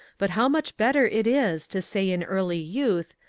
but how much better it is to say in early youth,